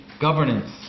governance